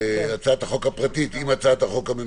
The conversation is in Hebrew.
הצעת החוק הפרטית עם זו הממשלתית.